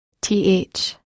TH